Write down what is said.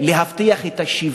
נא לסיים.